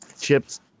chips